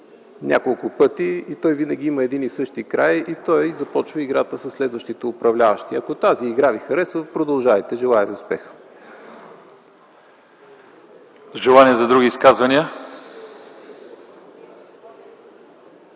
няколко пъти и той винаги има един и същи край и той започва играта със следващите управляващи. Ако тази игра ви харесва – продължавайте. Желая ви успех! ПРЕДСЕДАТЕЛ ЛЪЧЕЗАР